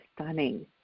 stunning